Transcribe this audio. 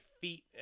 feet